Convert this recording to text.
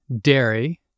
dairy